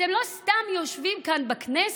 אתם לא סתם יושבים כאן בכנסת.